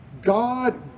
God